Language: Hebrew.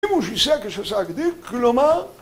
אם הוא שישה כשישה כדי, כלומר?